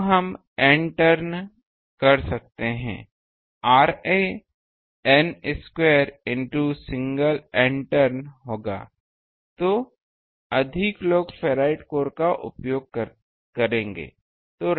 तो हम N turn कर सकते हैं Ra N square into single N turn होगा तो अधिक लोग फेराइट कोर का उपयोग करेंगे